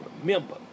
Remember